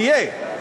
תהיה.